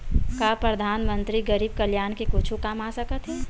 का परधानमंतरी गरीब कल्याण के कुछु काम आ सकत हे